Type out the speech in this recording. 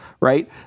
Right